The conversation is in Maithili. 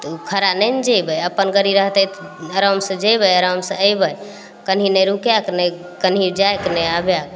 तऽ खड़ा नहि ने जेबय अपन गाड़ी रहतय तऽ आरामसँ जेबय आरामसँ अयबय कहीं नहि रुकयके ने कहीं जाइके ने आबयके